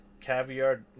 caviar